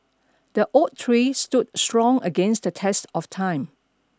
the oak tree stood strong against the test of time